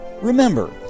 remember